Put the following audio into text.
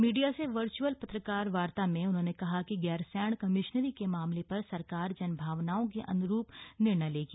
media से virtual पत्रकार वार्ता में उन्होंने कहा कि गैरसैंण कमिश्नरी के मामले पर सरकार जनभावनाओं के अन्रूप निर्णय लेगी